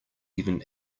even